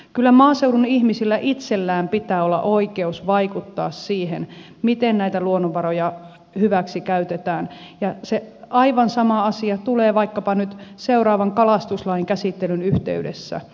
kyllä maaseudun ihmisillä itsellään pitää olla oikeus vaikuttaa siihen miten luonnonvaroja hyväksi käytetään ja aivan sama asia tulee vaikkapa nyt seuraavan kalastuslain käsittelyn yhteydessä